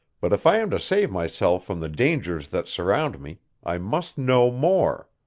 but if i am to save myself from the dangers that surround me i must know more.